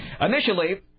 Initially